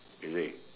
is it